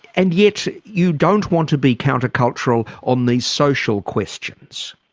and yet you don't want to be counter-cultural on these social questions?